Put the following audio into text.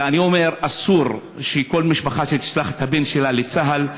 אלא אני אומר: כל משפחה שתשלח את הבן שלה לצה"ל,